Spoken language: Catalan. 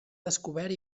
descobert